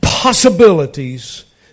Possibilities